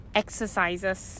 exercises